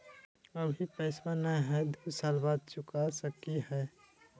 अभि पैसबा नय हय, दू साल बाद चुका सकी हय?